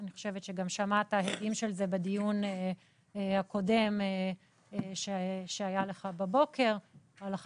אני חושבת שגם שמעת הדים של זה בדיון הקודם שקיימת בבוקר לגבי